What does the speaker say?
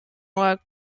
were